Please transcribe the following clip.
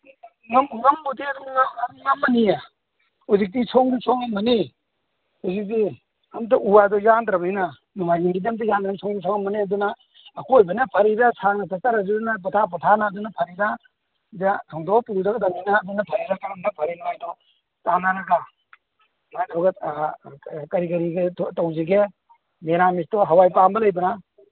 ꯉꯝꯕꯨꯗꯤ ꯑꯗꯨꯝ ꯉꯝꯃꯅꯤꯌꯦ ꯍꯧꯖꯤꯛꯇꯤ ꯁꯣꯡꯁꯨ ꯁꯣꯡꯉꯝꯅꯤ ꯍꯧꯖꯤꯛꯇꯤ ꯑꯝꯇ ꯎ ꯋꯥꯗꯣ ꯌꯥꯟꯗ꯭ꯔꯕꯅꯤꯅ ꯅꯣꯡꯃꯥꯏꯖꯤꯡꯗꯤ ꯑꯝꯇ ꯌꯥꯟꯗ꯭ꯔꯕꯅꯤꯅ ꯁꯣꯡꯁꯨ ꯁꯣꯡꯉꯝꯅꯤ ꯑꯗꯨꯅ ꯑꯀꯣꯏꯕꯅ ꯐꯔꯤꯔꯥ ꯁꯥꯡꯅ ꯆꯠꯆꯔꯁꯨ ꯄꯣꯊꯥ ꯄꯣꯊꯥꯅ ꯑꯗꯨꯅ ꯐꯔꯤꯔꯥ ꯁꯤꯗ ꯊꯣꯡꯗꯣꯛꯑꯒ ꯄꯨꯔ ꯆꯠꯀꯗꯝꯅꯤꯅ ꯑꯗꯨꯅ ꯐꯔꯤꯔꯥ ꯀꯔꯝꯕ ꯐꯔꯤꯅꯣ ꯍꯥꯏꯗꯨ ꯇꯥꯅꯔꯒ ꯑꯗꯨꯃꯥꯏ ꯇꯧꯔꯒ ꯀꯔꯤ ꯀꯔꯤ ꯇꯧꯁꯤꯒꯦ ꯃꯦꯔꯥꯃꯦꯁꯇꯣ ꯍꯋꯥꯏ ꯄꯥꯝꯕ ꯂꯩꯕ꯭ꯔꯥ